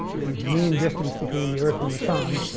the mean distance between the earth and the sun.